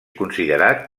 considerat